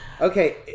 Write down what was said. Okay